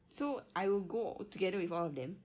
so I will go together with all of them